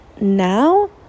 Now